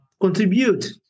contribute